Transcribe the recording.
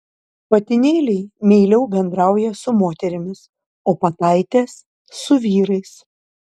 patinėliai meiliau bendrauja su moterimis o pataitės su vyrais